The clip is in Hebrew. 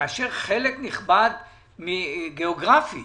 כאשר גיאוגרפית